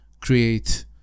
create